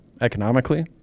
economically